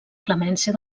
clemència